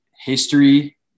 history